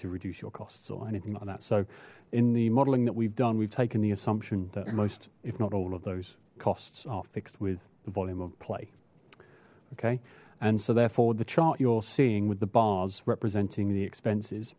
to reduce your costs or anything like that so in the modeling that we've done we've taken the assumption that most if not all of those costs are fixed with the volume of play okay and so therefore the chart you're seeing with the bars representing the expenses